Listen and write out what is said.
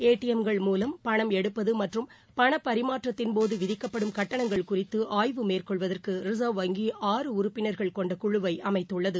ஏ T M கள் மூலம் பணம் எடுப்பதுமற்றும் பணபரிமாற்றத்தின் போதுவிதிக்கப்படும் கட்டணங்கள் குறித்துஆய்வு மேற்கொள்வதற்குரிசா்வ் வங்கி ஆறு உறுபபினா்கள் கொண்டகுழுவைஅமைத்துள்ளது